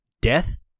death